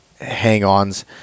hang-ons